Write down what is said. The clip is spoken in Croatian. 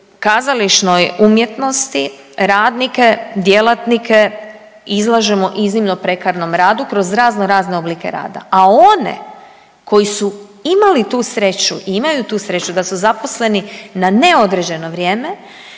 u kazališnoj umjetnosti radnike, djelatnike izlažemo iznimno prekarnom radu kroz razno razne oblike rada, a one koji su imali tu sreću i imaju tu sreću da su zaposleni na neodređeno vrijeme